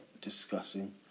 discussing